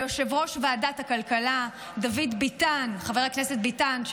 תודה ליושב-ראש ועדת הכלכלה חבר הכנסת ביטן,